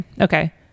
okay